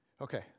Okay